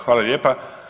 Hvala lijepa.